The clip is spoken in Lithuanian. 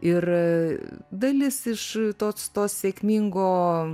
ir dalis iš tos tos sėkmingo